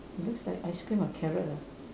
it looks like ice cream or carrot ah